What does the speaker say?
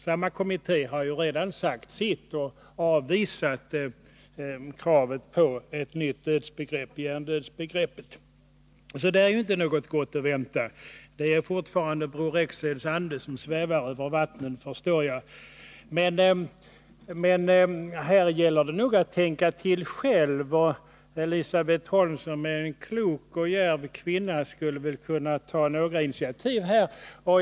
Samma kommitté har redan sagt sitt och avvisat kravet på ett nytt dödsbegrepphjärndödsbegreppet —så därifrån är ingenting nytt att vänta. — Det är fortfarande Bror Rexeds ande som svävar över vattnen, förstår jag. Här gäller det nog att tänka till själv, och Elisabet Holm, som är en klok och djärv kvinna, skulle väl kunna ta några initiativ.